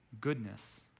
goodness